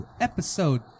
episode